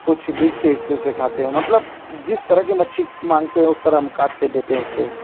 कुछ बीच के हिस्से से खाते हैं मतलब जिस तरह की मच्छी माँगते हैं उस तरह हम काटकर देते हैं उसे